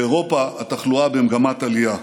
באירופה התחלואה במגמת עלייה.